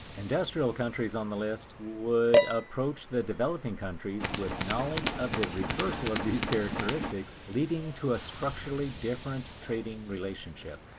industrial countries on the list, would approach the developing countries with knowledge of the reversal of these characteristics, leading to a structurally different trading relationship.